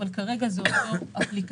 אבל כרגע זה עוד לא אפליקטיבי.